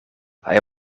hij